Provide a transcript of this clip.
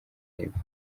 y’epfo